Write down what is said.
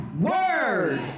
word